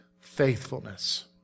faithfulness